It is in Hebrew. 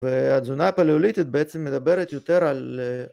והתזונה הפלאוליטית בעצם מדברת יותר על